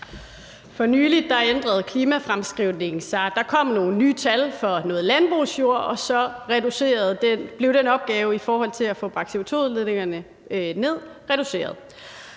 For nylig ændrede klimafremskrivningen sig, og der kom nogle nye tal for noget landbrugsjord, og så blev opgaven i forhold til at få bragt CO2-udledningerne ned reduceret.